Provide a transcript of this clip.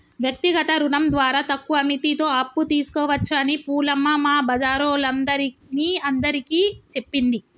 వ్యక్తిగత రుణం ద్వారా తక్కువ మిత్తితో అప్పు తీసుకోవచ్చని పూలమ్మ మా బజారోల్లందరిని అందరికీ చెప్పింది